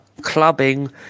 clubbing